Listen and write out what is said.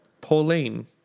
Pauline